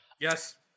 Yes